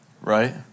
Right